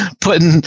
putting